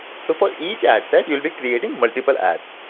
so for each ad sets, you'll be creating multiple ads.